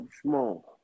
small